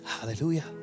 Hallelujah